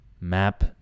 map